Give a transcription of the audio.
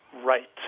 right